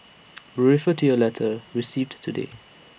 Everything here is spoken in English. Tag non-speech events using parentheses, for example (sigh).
(noise) we refer to your letter received today